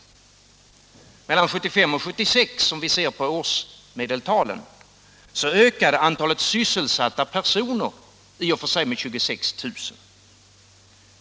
Om vi ser på årsmedeltalen för åren 1975 och 1976 finner vi att antalet sysselsatta personer ökade med 26 000.